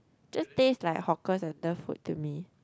just taste like hawker centre food to me